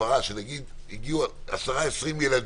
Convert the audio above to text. הפרה שנגיד הגיעו 20-10 ילדים,